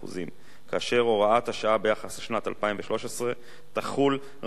כאשר הוראת השעה ביחס לשנת 2013 תחול רק אם הרשות